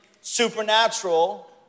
supernatural